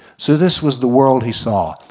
so this was the world he saw,